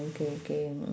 okay okay mm